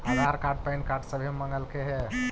आधार card PAN card सभे मगलके हे?